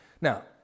Now